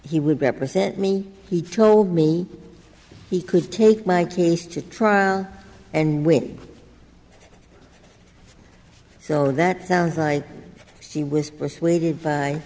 he would represent me he told me he could take my case to trial and win so that sounds i was persuaded by